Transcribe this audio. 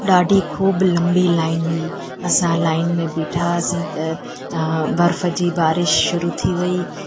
ॾाढी ख़ूब लम्बी लाइन हुयी असां लाइन में बीठा हुआसीं त बर्फ़ जी बारिश शुरु थी वयी